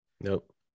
Nope